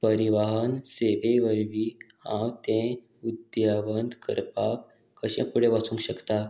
परिवाहन सेवे वरवीं हांव तें उद्द्यावंत करपाक कशें फुडें वचूंक शकता